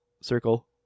circle